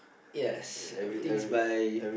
yes everything is by